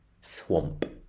Swamp